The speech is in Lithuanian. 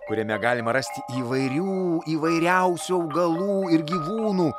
kuriame galima rasti įvairių įvairiausių augalų ir gyvūnų